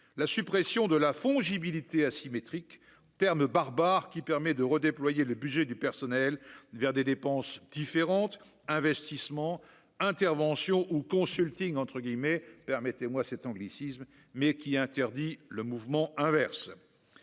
la suppression de la fongibilité asymétriques terme barbare qui permet de redéployer le budget du personnel vers des dépenses différentes investissement intervention ou Consulting, entre guillemets, permettez-moi cet anglicisme, mais qui interdit le mouvement inverse